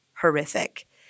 horrific